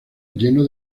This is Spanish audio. lleno